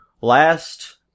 Last